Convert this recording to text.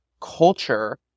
culture